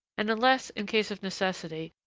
and unless in case of necessity,